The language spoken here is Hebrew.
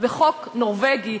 והחוק הנורבגי,